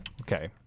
Okay